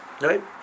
right